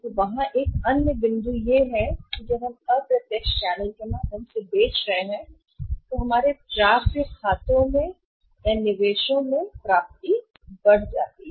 और वहां है एक अन्य बिंदु यह है कि जब हम अप्रत्यक्ष चैनल के माध्यम से बेच रहे हैं तो हमारे प्राप्य या निवेश में खातों की प्राप्ति बढ़ जाती है